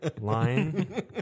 Lying